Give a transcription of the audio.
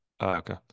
okay